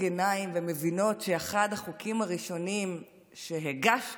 עיניים ומבינות שאחד החוקים הראשונים שהגשתם,